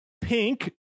pink